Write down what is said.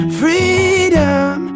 freedom